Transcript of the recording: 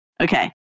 okay